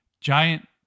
giant